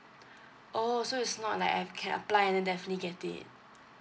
oh so it's not like I can apply and then definitely get it